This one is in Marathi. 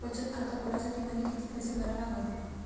बचत खात खोलासाठी मले किती पैसे भरा लागन?